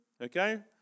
okay